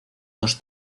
dos